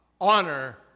honor